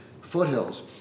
foothills